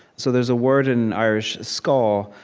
so there's a word in irish, scath,